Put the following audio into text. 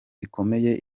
bikomeye